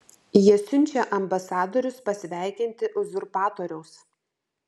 jie siunčia ambasadorius pasveikinti uzurpatoriaus